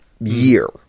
year